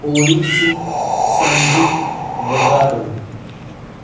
ODC સંગીત વગાડો